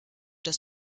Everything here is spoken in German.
das